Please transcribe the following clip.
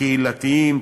קהילתיים,